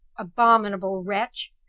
abominable wretch!